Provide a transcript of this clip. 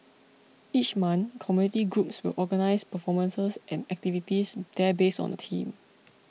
each month community groups will organise performances and activities there based on a theme